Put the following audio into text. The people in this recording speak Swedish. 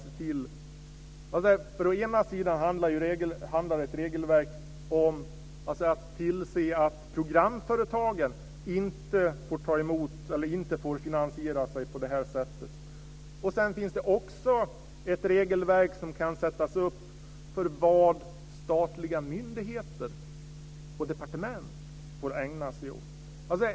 Å ena sidan handlar ett regelverk om att tillse att programföretagen inte får finansiera sig på detta sätt. Sedan finns det också ett regelverk som kan sättas upp för vad statliga myndigheter och departement får ägna sig åt.